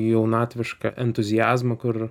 jaunatvišką entuziazmą kur